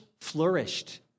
flourished